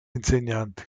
insegnanti